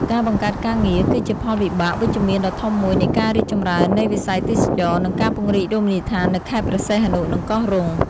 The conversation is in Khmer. ការបង្កើតការងារ គឺជាផលវិបាកវិជ្ជមានដ៏ធំមួយនៃការរីកចម្រើននៃវិស័យទេសចរណ៍ និងការពង្រីករមណីយដ្ឋាននៅខេត្តព្រះសីហនុ និងកោះរ៉ុង។